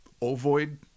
ovoid